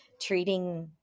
treating